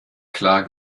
klar